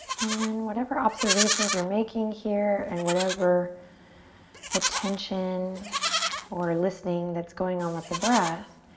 and then whatever observations you're making here and whatever attention or listening that's going on with the breath,